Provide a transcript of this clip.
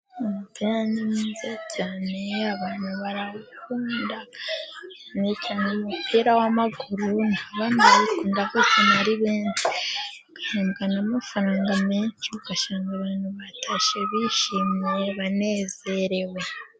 Umipira mwiza cyane abantu barawukunda, umupira w'amaguru abantu bawukunda ari benshi ka Bahembwa n'amafaranga menshi ugasanga abantu batashye bishimye banezerewe.